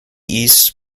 east